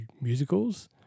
musicals